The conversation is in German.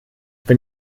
bin